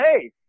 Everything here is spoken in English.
hey